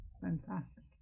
Fantastic